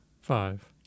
five